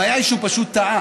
הבעיה היא שהוא פשוט טעה,